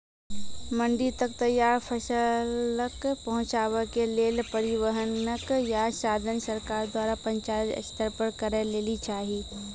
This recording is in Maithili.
मंडी तक तैयार फसलक पहुँचावे के लेल परिवहनक या साधन सरकार द्वारा पंचायत स्तर पर करै लेली चाही?